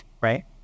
right